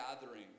gathering